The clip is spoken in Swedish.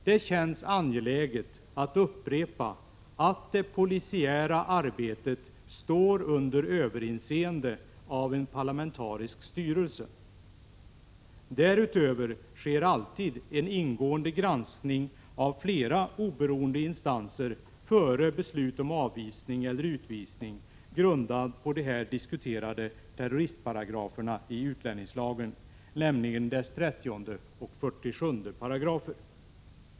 Det känns angeläget att upprepa att det polisiära arbetet står under överinseende av en parlamentarisk styrelse. Därutöver sker alltid en ingående granskning av flera oberoende instanser före beslut om avvisning eller utvisning, grundad på de här diskuterade terroristparagraferna i utlänningslagen, nämligen dess 30 och 40 paragrafer.